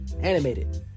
animated